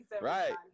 right